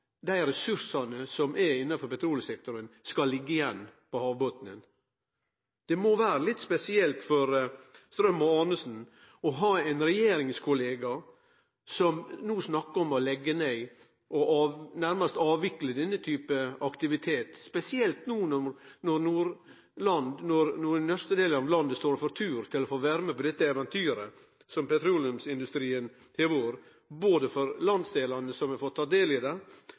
dei ressursane som er innanfor petroleumssektoren, skal liggje igjen på havbotnen. Det må vere litt spesielt for Strøm og Arnesen å ha ein regjeringskollega som no snakkar om å leggje ned og nærmast avvikle denne typen aktivitet, spesielt no når nørdste delen av landet står for tur til å få vere med på dette eventyret som petroleumsindustrien har vore, både for landsdelane som har fått tatt del i han, for fellesskapet og ikkje minst for pensjonane til det